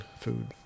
food